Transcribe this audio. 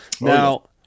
Now –